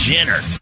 Jenner